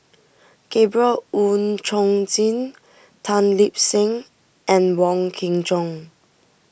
Gabriel Oon Chong Jin Tan Lip Seng and Wong Kin Jong